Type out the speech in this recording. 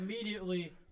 immediately